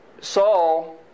Saul